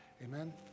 Amen